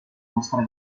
mostra